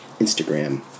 Instagram